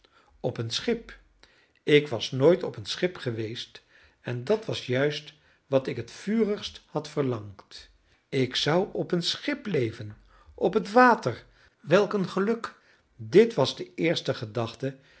op een schip ik was nooit op een schip geweest en dat was juist wat ik het vurigst had verlangd ik zou op een schip leven op het water welk een geluk dit was de eerste gedachte